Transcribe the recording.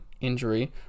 injury